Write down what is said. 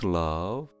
love